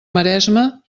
maresma